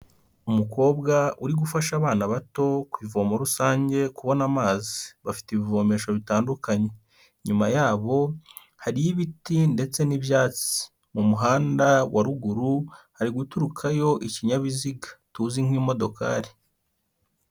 Umukobwa uri gufasha abana bato ku ivomo rusange kubona amazi. Bafite ibivomesho bitandukanye. Inyuma yabo hariyo ibiti ndetse n'ibyatsi. Mu muhanda wa ruguru hari guturukayo ikinyabiziga tuzi nk'imodokari.